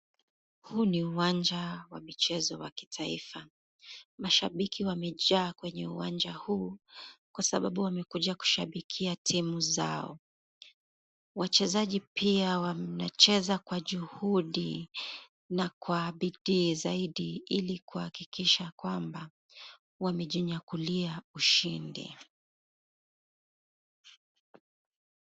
Huu ni uwanja wa michezo wa kitaifa. Mashabiki wamejaa kwenye uwanja huu kwa sababu wamekuja kushabikia timu zao. Wachezaji pia wamecheza kwa juhudi na kwa bidii zaidi ili kuhakikisha kwamba wamejinyakulia ushindi.